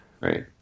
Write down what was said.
Right